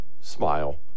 Smile